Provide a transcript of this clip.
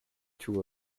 two